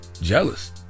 Jealous